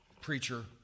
preacher